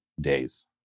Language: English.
days